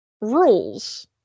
rules